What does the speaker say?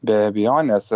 be abejonės